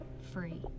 free